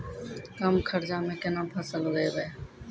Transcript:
कम खर्चा म केना फसल उगैबै?